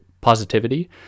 positivity